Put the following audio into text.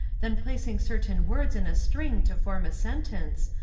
then placing certain words in a string to form a sentence,